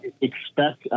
expect –